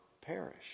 perish